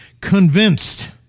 convinced